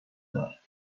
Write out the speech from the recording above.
دارد